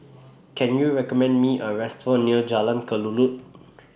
Can YOU recommend Me A Restaurant near Jalan Kelulut